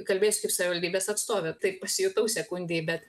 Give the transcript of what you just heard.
kalbėsiu kaip savivaldybės atstovė taip pasijutau sekundei bet